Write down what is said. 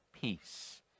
peace